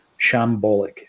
Shambolic